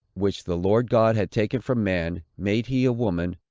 which the lord god had taken from man, made he a woman,